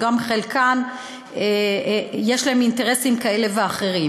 שלחלקן יש אינטרסים כאלה ואחרים,